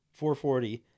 440